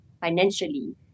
financially